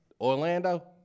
Orlando